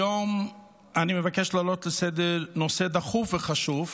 היום אני מבקש להעלות לסדר-היום נושא דחוף וחשוב,